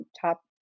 top